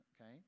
okay